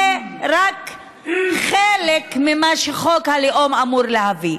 זה רק חלק ממה שחוק הלאום אמור להביא.